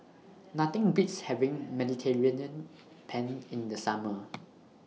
Nothing Beats having Mediterranean Penne in The Summer